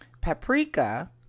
Paprika